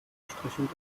gestrichelt